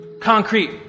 concrete